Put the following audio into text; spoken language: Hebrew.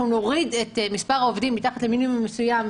נוריד את מספר העובדים מתחת למינימום מסוים,